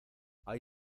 hay